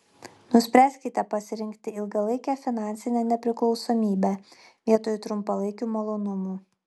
nuspręskite pasirinkti ilgalaikę finansinę nepriklausomybę vietoj trumpalaikių malonumų